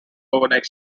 overnight